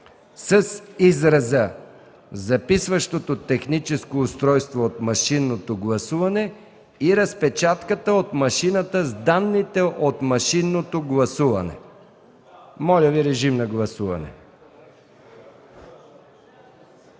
с израза „записващото техническо устройство от машинното гласуване и разпечатката от машината с данните от машинното гласуване”. Гласували